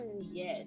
yes